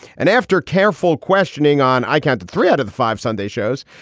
and after careful questioning on, i count three out of the five sunday shows.